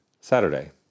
Saturday